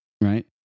right